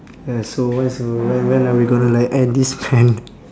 ya so when so when when are we gonna like end this man